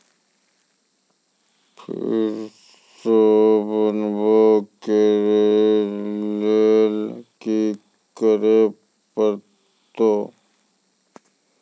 फेर सॅ बनबै के लेल की करे परतै?